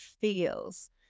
feels